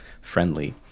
friendly